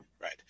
Right